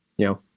know,